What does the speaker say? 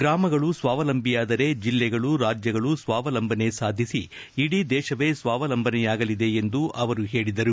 ಗ್ರಾಮಗಳು ಸ್ವಾವಲಂಬಿಯಾದರೆ ಜಿಲ್ಲೆಗಳು ರಾಜ್ಯಗಳು ಸ್ವಾವಲಂಬನೆ ಸಾಧಿಸಿ ಇಡೀ ದೇಶವೇ ಸ್ವಾವಲಂಬನೆಯಾಗಲಿದೆ ಎಂದು ಅವರು ಹೇಳಿದರು